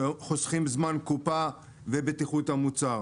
שחוסכים זמן קופה ובטיחות המוצר.